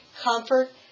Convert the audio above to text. comfort